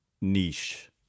niche